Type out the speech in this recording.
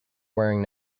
wearing